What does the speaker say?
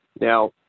Now